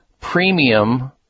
premium